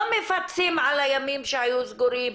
לא מפצים על הימים שהיו סגורים,